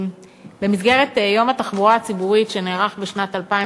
במסגרת יום התחבורה הציבורית שנערך בשנת 2012